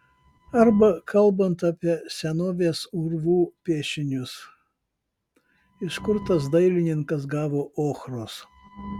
arba kalbant apie senovės urvų piešinius iš kur tas dailininkas gavo ochros